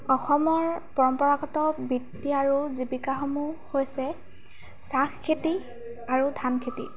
অসমৰ পৰম্পৰাগত বৃত্তি আৰু জীৱিকাসমূহ হৈছে চাহ খেতি আৰু ধান খেতি